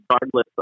Regardless